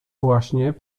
właśnie